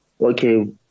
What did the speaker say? Okay